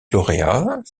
lauréats